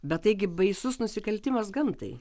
bet taigi baisus nusikaltimas gamtai